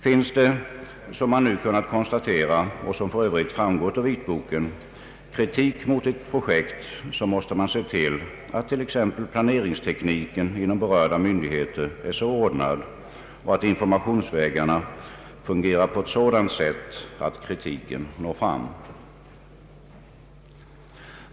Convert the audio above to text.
Finns det — som man nu kunnat konstatera och som för övrigt framgår av vitboken — kritik mot ett projekt måste man se till att t.ex. planeringstekniken inom berörda myndigheter är så ordnad och att informationsvägarna fungerar på ett sådant sätt att kritiken når fram.